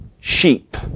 sheep